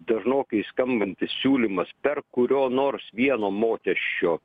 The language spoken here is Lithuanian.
dažnokai skambantis siūlymas per kurio nors vieno mokesčio